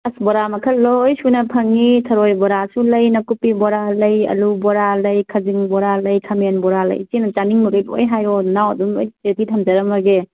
ꯑꯁ ꯕꯣꯔꯥ ꯃꯈꯜ ꯂꯣꯏ ꯁꯨꯅ ꯐꯪꯉꯤ ꯊꯔꯣꯏ ꯕꯣꯔꯥꯁꯨ ꯂꯩ ꯅꯥꯀꯨꯞꯄꯤ ꯕꯣꯔꯥ ꯂꯩ ꯑꯥꯂꯨ ꯕꯣꯔꯥ ꯂꯩ ꯈꯖꯤꯡ ꯕꯣꯔꯥ ꯂꯩ ꯈꯥꯃꯦꯟ ꯕꯣꯔꯥ ꯂꯩ ꯏꯆꯦꯅ ꯆꯥꯅꯤꯡꯕꯈꯩ ꯂꯣꯏ ꯍꯥꯏꯔꯛꯑꯣ ꯅꯅꯥꯎ ꯑꯗꯨꯝ ꯂꯣꯏ ꯔꯦꯗꯤ ꯊꯝꯖꯔꯝꯃꯒꯦ